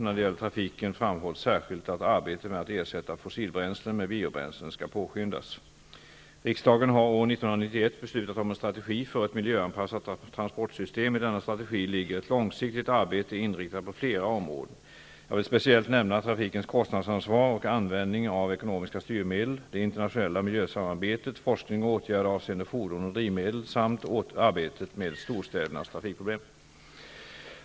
När det gäller trafiken framhålls särskilt att arbetet med att ersätta fossilbränslen med biobränslen skall påskyndas. Riksdagen har år 1991 beslutat om en strategi för ett miljöanpassat transportsystem. I denna strategi ligger ett långsiktigt arbete inriktat på flera områden. Jag vill speciellt nämna trafikens kostnadsansvar och användning av ekonomiska styrmedel, det internationella miljösamarbetet, forskning och åtgärder avseende fordon och drivmedel samt arbetet med storstädernas trafikproblem.